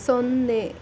ಸೊನ್ನೆ